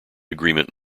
agreement